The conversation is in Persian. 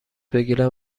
بگیرن